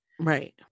right